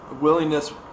Willingness